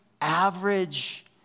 average